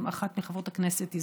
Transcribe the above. אחת מחברות הכנסת,